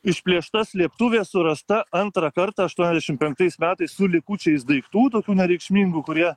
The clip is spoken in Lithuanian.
išplėšta slėptuvė surasta antrą kartą aštuoniasdešim penktais metais su likučiais daiktų tokių nereikšmingų kurie